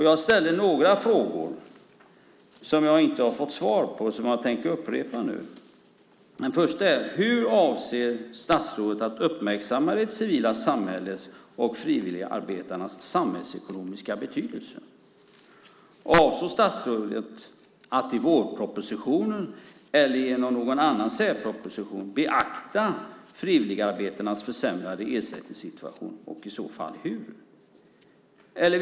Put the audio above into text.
Jag ställde några frågor som jag inte har fått svar på och som jag tänker upprepa nu. 1. Hur avser statsrådet att uppmärksamma det civila samhället på frivilligarbetarnas samhällsekonomiska betydelse? 2. Avser statsrådet att i vårpropositionen eller genom någon annan särproposition beakta frivilligarbetarnas försämrade ersättningssituation och i så fall hur? 3.